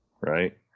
Right